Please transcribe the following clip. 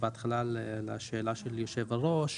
בהתחלה לשאלת יושב הראש.